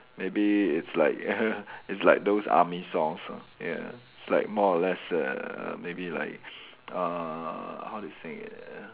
maybe it's like it's like those army songs ah ya it's like more or less err maybe like uh how to sing it err